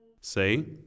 Say